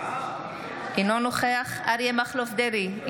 אינו נוכח אריה מכלוף דרעי,